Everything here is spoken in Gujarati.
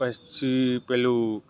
પછી પેલું